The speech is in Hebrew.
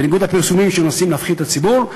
בניגוד לפרסומים שמנסים להפחיד את הציבור.